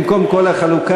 במקום כל החלוקה,